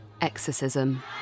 Exorcism